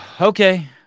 Okay